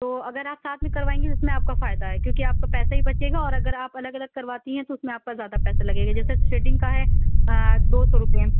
تو اگر آپ ساتھ میں کروائیں گی تو اُس میں آپ کا فائدہ ہے کیونکہ آپ کا پیسہ بھی بچے گا اور اگر آپ الگ الگ کرواتی ہیں تو اُس میں آپ کا زیادہ پیسا لگے گا جیسے تھریڈنگ کا ہے دو سو روپے